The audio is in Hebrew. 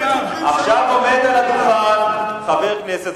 עכשיו עומד על הדוכן חבר הכנסת,